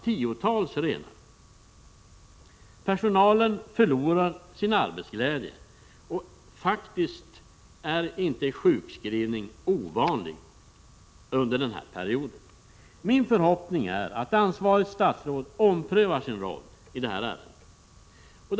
3 mars 1987 Personalen förlorar sin arbetsglädje. Sjukskrivning är faktiskt inte ovanlig under den aktuella perioden. Min förhoppning är alltså att ansvarigt statsråd omprövar sin roll i detta ärende.